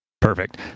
Perfect